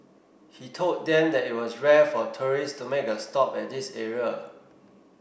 he told them that it was rare for tourists to make a stop at this area